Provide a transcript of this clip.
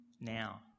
now